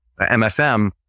MFM